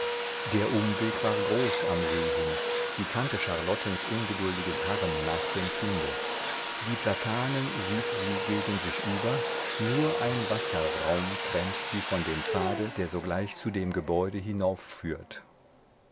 der umweg war groß am see hin sie kannte charlottens ungeduldiges harren nach dem kinde die platanen sieht sie gegen sich über nur ein wasserraum trennt sie von dem pfade der sogleich zu dem gebäude